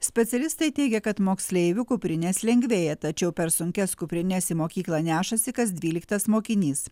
specialistai teigia kad moksleivių kuprinės lengvėja tačiau per sunkias kuprines į mokyklą nešasi kas dvyliktas mokinys